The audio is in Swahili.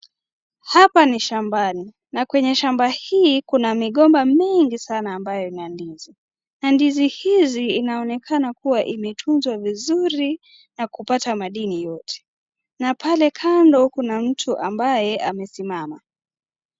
Hapa ni shambani, na kwenye shamba hii kuna migomba mengi sana ambayo ina ndizi, na ndizi hizi inaonekana kuwa imetunzwa vizuri na kupata madini yote na pale kando kuna mtu ambaye amesimama.